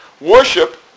worship